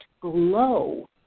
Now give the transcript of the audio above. glow